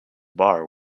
bar